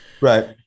Right